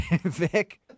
Vic